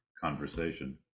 conversation